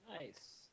nice